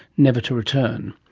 never to return?